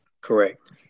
Correct